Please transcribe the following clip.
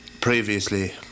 previously